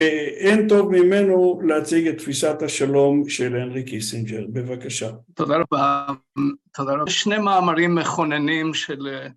אין טוב ממנו להציג את תפיסת השלום של הנרי קיסינג'ר, בבקשה. תודה רבה. תודה רבה. שני מאמרים מכוננים של...